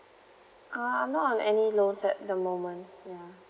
uh I'm not on any loans at the moment ya